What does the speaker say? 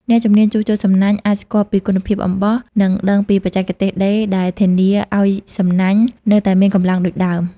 អ្នកជំនាញជួសជុលសំណាញ់អាចស្គាល់ពីគុណភាពអំបោះ និងដឹងពីបច្ចេកទេសដេរដែលធានាឲ្យសំណាញ់នៅតែមានកម្លាំងដូចដើម។